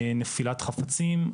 נפילת חפצים,